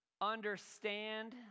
understand